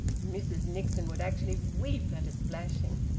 mrs nixon would actually weep at a splashing.